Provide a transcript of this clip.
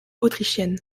autrichienne